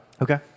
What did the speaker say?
Okay